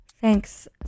Thanks